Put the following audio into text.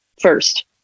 first